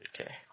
Okay